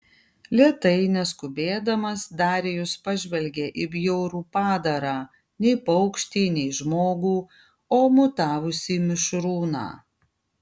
lėtai neskubėdamas darijus pažvelgė į bjaurų padarą nei paukštį nei žmogų o mutavusį mišrūną